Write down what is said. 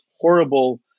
horrible